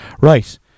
Right